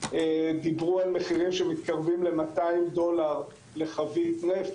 דיברו על מחירים שמתקרבים ל-200 דולר לחבית נפט,